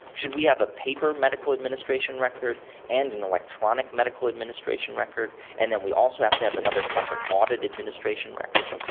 should we have a paper medical administration record and an electronic medical administration record and then we also have to have another separate audit administration record?